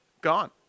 Gone